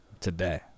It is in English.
today